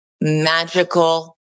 magical